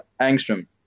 Angstrom